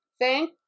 Thank